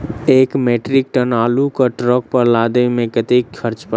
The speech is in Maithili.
एक मैट्रिक टन आलु केँ ट्रक पर लदाबै मे कतेक खर्च पड़त?